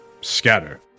scatter